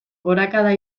gorakada